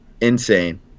Insane